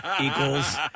equals